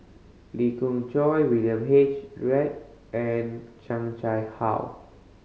Lee Khoon Choy William H Read and Chan Chang How